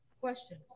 Question